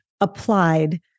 applied